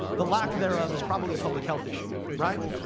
the lack thereof is probably a public health issue, right.